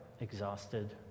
exhausted